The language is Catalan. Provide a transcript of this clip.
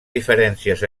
diferències